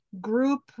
group